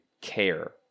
care